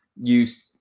use